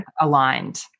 aligned